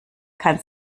kann